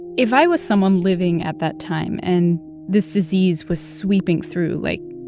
if i was someone living at that time and this disease was sweeping through, like,